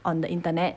on the internet